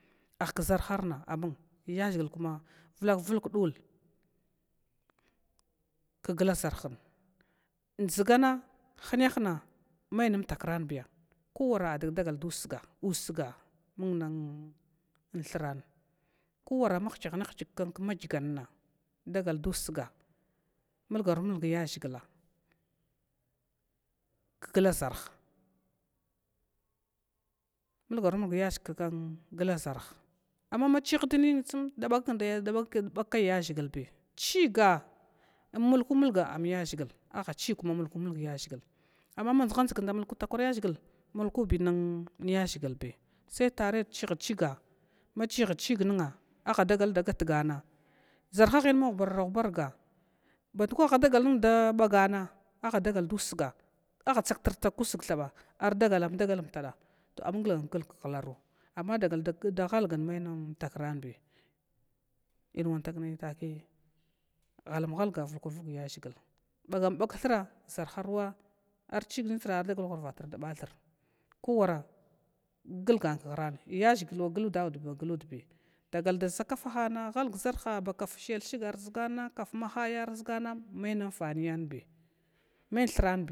Ahʒarhara amun yaʒhigla kuma vlalavulg, kaglaʒarha dʒgana hinana mai nmtakrani kowara adogdal da usga, mung nthran kowara ma higyihna higyid k madgy dagal da usgw gla ʒar mugaru mulg yaʒhigl gla ʒarh ma chihti nnyi bakai yaʒhigla chiga in muku mulg an yashigla aha chig kua muku mulg ya ʒhigla, amma ma dʒna dʒgn da mulku takwa yaʒhigla muki niyaʒhglbi, se tare chihit chiga ma chihit chignn adagal da gatgana ʒarhahina ma mubarara hubaga kwa ha dagaln da bagana aha daga da usag atsagtr tsag kusg thaba arda gal amda gal umtada, to am glgan glag khraru da hlgn ma nna takranbi, ihwantagne taki hala halga vulkur vulg yaʒhigla bagabagk thura archinitra ardaga hravatrdabathura kuwar glgan khran yaʒhigl wa gluda udbi wa gludibi dagal da ʒa kafahana haal ʒarha ba kaf shiyalshigna arʒgana kaf ma haya arʒgana may namfaniyan biya.